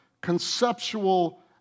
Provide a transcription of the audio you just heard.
conceptual